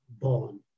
born